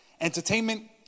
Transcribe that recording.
entertainment